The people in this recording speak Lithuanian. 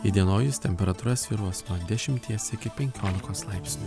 įdienojus temperatūra svyruos nuo dešimties iki penkiolikos laipsnių